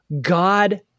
God